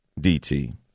DT